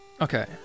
okay